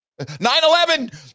9-11